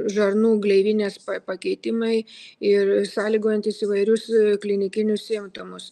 žarnų gleivinės pakeitimai ir sąlygojantys įvairius klinikinius simptomus